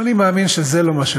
אבל אני מאמין שזה לא מה שנאמר,